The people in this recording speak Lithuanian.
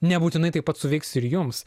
nebūtinai taip pat suveiks ir jums